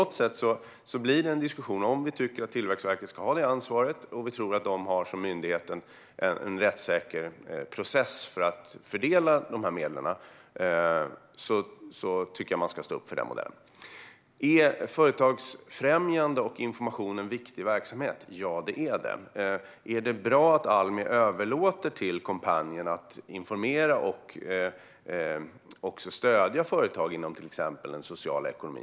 Om man tycker att Tillväxtverket ska ha det ansvaret och tror att den myndigheten har en rättssäker process för fördelning av de här medlen tycker jag att man ska stå upp för den modellen. Är företagsfrämjande och information en viktig verksamhet? Ja, det är det. Är det bra att Almi överlåter till Coompanion att informera och stödja företag inom till exempel den sociala ekonomin?